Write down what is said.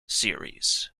series